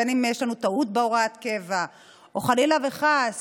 בין שיש לנו טעות בהוראת קבע ובין שחלילה וחס